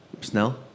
Snell